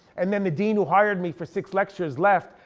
and then the dean who hired me for six lectures, left.